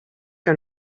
que